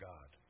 God